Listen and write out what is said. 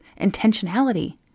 intentionality